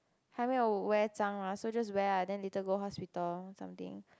hai mei you wear zang mah so just wear ah then later go hospital or something